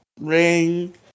ring